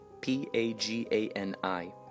P-A-G-A-N-I